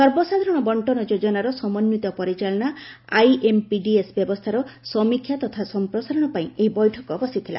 ସର୍ବସାଧାରଣ ବଙ୍କନ ଯୋଜନାର ସମନ୍ଧିତ ପରିଚାଳନା ଆଇଏମ୍ପିଡିଏସ୍ ବ୍ୟବସ୍ଥାର ସମୀକ୍ଷା ତଥା ସଫପ୍ରସାରଣ ପାଇଁ ଏହି ବୈଠକ ବସିଥିଲା